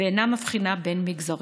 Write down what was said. ואינה מבחינה בין מגזרים.